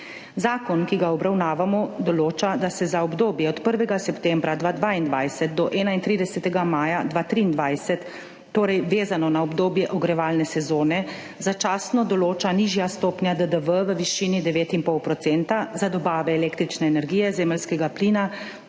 Zakon, ki ga obravnavamo, določa, da se za obdobje od 1. septembra 2022 do 31. maja 2023, torej vezano na obdobje ogrevalne sezone, začasno določa nižja stopnja DDV v višini 9,5 % za dobave električne energije, zemeljskega plina,